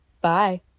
Bye